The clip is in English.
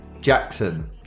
Jackson